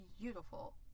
beautiful